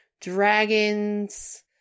dragons